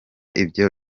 ibyo